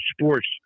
sports